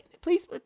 Please